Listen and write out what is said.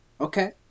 Okay